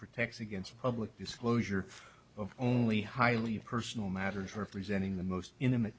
protects against public disclosure of only highly personal matters for presenting the most intimate